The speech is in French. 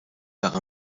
par